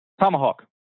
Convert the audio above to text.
Tomahawk